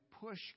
push